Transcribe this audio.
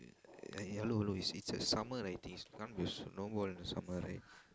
uh hello hello it's it's summer like this can't be snowball in the sumemr right